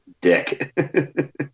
Dick